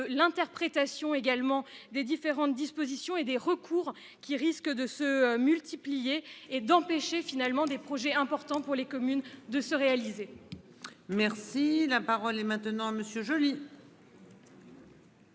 l'interprétation également des différentes dispositions et des recours qui risquent de se multiplier et d'empêcher, finalement, des projets importants pour les communes de se réaliser. Merci la parole est maintenant monsieur Joly.